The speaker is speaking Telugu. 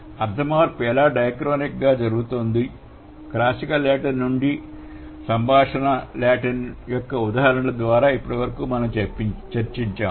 అర్థ మార్పు ఎలా డయాక్రోనిక్గా జరుగుతుందో క్లాసికల్ లాటిన్ మరియు సంభాషణ లాటిన్ యొక్క ఉదాహరణలు ద్వారా ఇప్పటి వరకు చర్చించాము